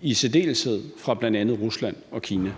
Kina. Kl. 13:26 Formanden (Søren Gade):